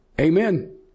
Amen